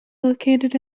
located